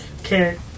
Okay